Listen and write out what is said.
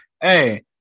Hey